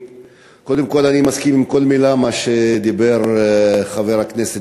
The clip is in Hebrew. קודם כול אני מסכים עם כל מילה שאמר חבר הכנסת